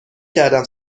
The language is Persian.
کردم